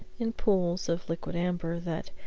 in pools of liquid amber, that,